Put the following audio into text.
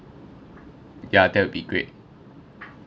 ya that'll be great